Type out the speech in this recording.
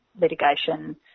litigation